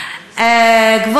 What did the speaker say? אחד מכם,